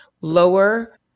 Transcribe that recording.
lower